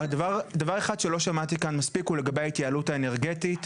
דבר אחד שלא שמעתי כאן מספיק הוא לגבי ההתייעלות האנרגטית,